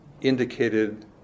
indicated